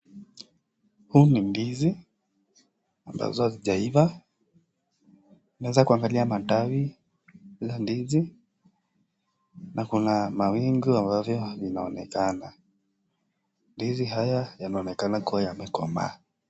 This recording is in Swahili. Huu ni ndizi ambazo hazijaiva, unaweza kuangalia matawi la ndizi na kuna mawingu ambavyo vinaonekana. Ndizi haya yanaonekana kuwa yamekomaa.